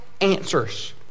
answers